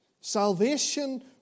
Salvation